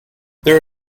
there